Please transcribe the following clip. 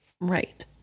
Right